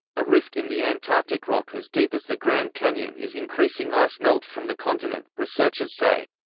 a rift in the antarctic rock as deep as the grand canyon is increasing ice melt from the continent, researchers say.